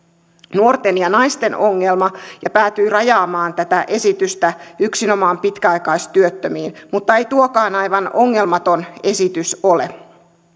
nuorten ja naisten ongelma ja päätyi rajaamaan tätä esitystä yksinomaan pitkäaikaistyöttömiin mutta ei tuokaan aivan ongelmaton esitys ole